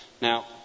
Now